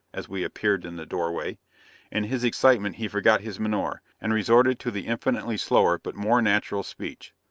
as we appeared in the doorway in his excitement he forgot his menore, and resorted to the infinitely slower but more natural speech.